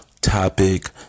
topic